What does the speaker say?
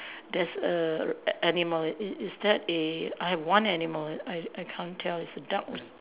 there's a a~ animal it is that a I've one animal I I can't tell it's a duck or